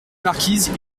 marquise